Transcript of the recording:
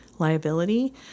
liability